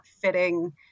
fitting